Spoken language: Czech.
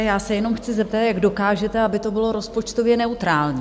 Já se jenom chci zeptat jak dokážete, aby to bylo rozpočtově neutrální?